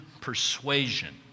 persuasion